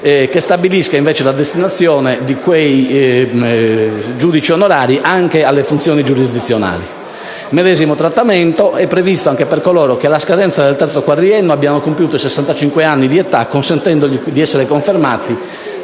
che stabilisca invece la destinazione di quei giudici onorari anche alle funzioni giurisdizionali. Il medesimo trattamento è previsto per coloro che, alla scadenza del terzo quadriennio, abbiano compiuto 65 anni di età, consentendo loro di essere confermati